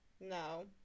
No